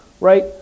right